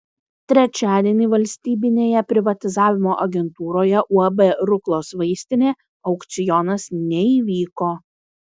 trečiadienį valstybinėje privatizavimo agentūroje uab ruklos vaistinė aukcionas neįvyko